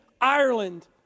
Ireland